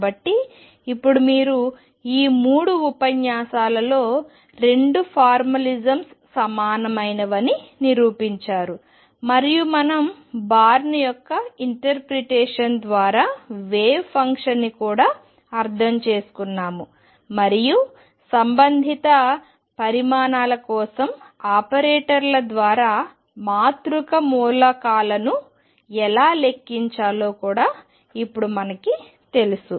కాబట్టి ఇప్పుడు మీరు ఈ మూడు ఉపన్యాసాలలో 2 ఫార్మలిజమ్స్ సమానమైనవని చూపించారు మరియు మనం బార్న్ యొక్క ఇంటర్ప్రెటేషన్ ద్వారా వేవ్ ఫంక్షన్ను కూడా అర్థం చేసుకున్నాము మరియు సంబంధిత పరిమాణాల కోసం ఆపరేటర్ల ద్వారా మాతృక మూలకాలను ఎలా లెక్కించాలో కూడా ఇప్పుడు మనకు తెలుసు